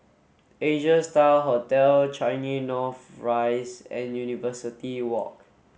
Asia Star Hotel Changi North Rise and University Walk